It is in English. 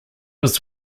was